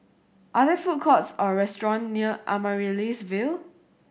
are there food courts or restaurant near Amaryllis Ville